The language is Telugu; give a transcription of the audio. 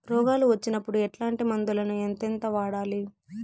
రోగాలు వచ్చినప్పుడు ఎట్లాంటి మందులను ఎంతెంత వాడాలి?